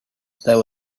there